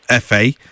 FA